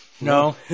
No